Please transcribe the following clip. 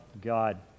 God